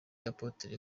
apotre